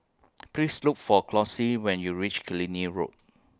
Please Look For Chauncy when YOU REACH Killiney Road